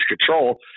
control